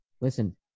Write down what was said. listen